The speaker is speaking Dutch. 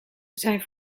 zijn